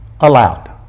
allowed